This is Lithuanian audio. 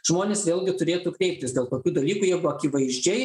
žmonės vėlgi turėtų kreiptis dėl tokių dalykų jeigu akivaizdžiai